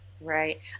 Right